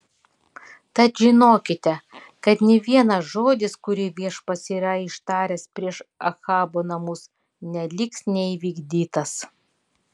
tad žinokite kad nė vienas žodis kurį viešpats yra ištaręs prieš ahabo namus neliks neįvykdytas